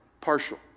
partial